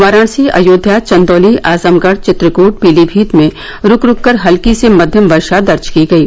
वाराणसी अयोध्या चंदौली आजमगढ़ चित्रकूट पीलीभीत में रूक रूक कर हल्की से मध्यम वर्षा दर्ज की गयी